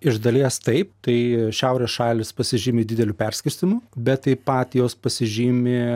iš dalies taip tai šiaurės šalys pasižymi dideliu perskirstymu bet taip pat jos pasižymi